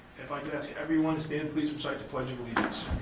if i could ask everyone to stand please, recite the pledge of allegiance.